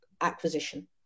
acquisition